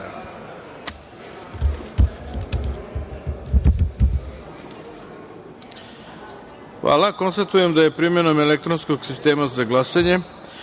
jedinice. Konstatujem da je primenom elektronskog sistema za glasanje